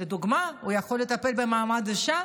לדוגמה, הוא יכול לטפל במעמד האישה,